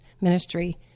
ministry